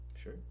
Sure